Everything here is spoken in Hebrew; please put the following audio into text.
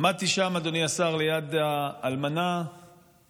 עמדתי שם, אדוני השר, ליד האלמנה טל,